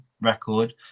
record